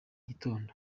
gitondo